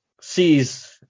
sees